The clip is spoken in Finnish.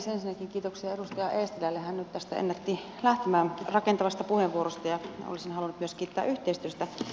ensinnäkin kiitoksia edustaja eestilälle hän nyt tästä ennätti lähtemään rakentavasta puheenvuorosta ja olisin halunnut myös kiittää yhteistyöstä